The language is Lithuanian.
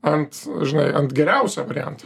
ant žinai ant geriausio varianto